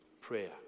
prayer